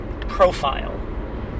profile